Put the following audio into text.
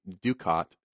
ducat